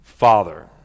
Father